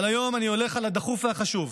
אבל היום אני הולך על הדחוף והחשוב.